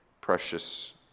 precious